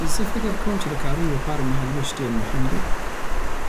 زه فکر کوم چی د کارونو دپاره مهال وېش ډېر مهم دی